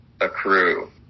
accrue